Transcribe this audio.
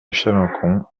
chalencon